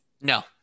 No